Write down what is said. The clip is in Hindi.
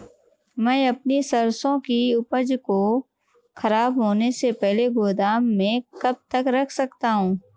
मैं अपनी सरसों की उपज को खराब होने से पहले गोदाम में कब तक रख सकता हूँ?